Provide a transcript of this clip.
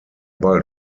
bald